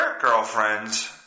girlfriend's